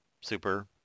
super